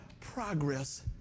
progress